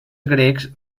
grecs